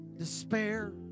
despair